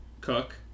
Cook